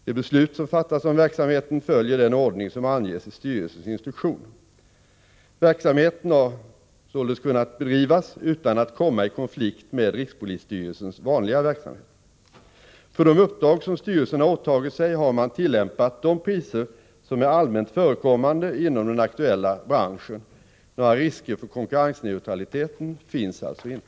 De beslut som fattas om verksamheten följer den ordning som anges i styrelsens instruktion. Verksamheten har sålunda kunnat bedrivas utan att komma i konflikt med rikspolisstyrelsens vanliga verksamhet. För de uppdrag som styrelsen har åtagit sig har man tillämpat de priser som är allmänt förekommande inom den aktuella branschen. Några risker för konkurrensneutraliteten finns alltså inte.